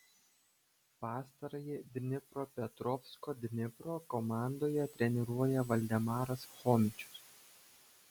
pastarąjį dnipropetrovsko dnipro komandoje treniruoja valdemaras chomičius